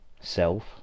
self